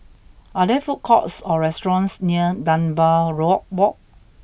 are there food courts or restaurants near Dunbar road Walk